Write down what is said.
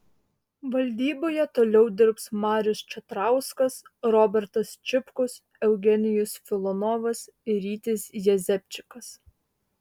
valdyboje toliau dirbs marius čatrauskas robertas čipkus eugenijus filonovas ir rytis jezepčikas